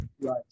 Right